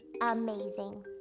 amazing